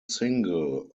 single